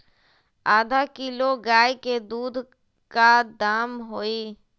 आधा किलो गाय के दूध के का दाम होई?